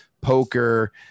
Poker